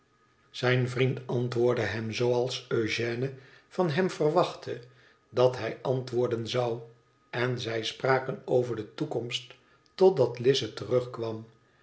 zijn vriend antwoordde hem zooals eugène van hem verwachtte dat hij antwoorden zou en zij spraken over de toekomst totdat lize terugkwam